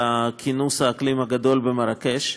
לכינוס האקלים הגדול במרקש,